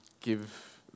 give